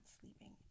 sleeping